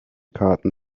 karten